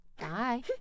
bye